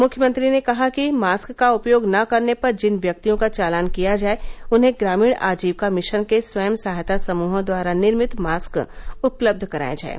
मुख्यमंत्री ने कहा कि मास्क का उपयोग न करने पर जिन व्यक्तियों का चालान किया जाए उन्हें ग्रामीण आजीविका मिशन के स्वयं सहायता समूहों द्वारा निर्मित मास्क उपलब्ध कराए जाएं